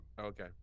Okay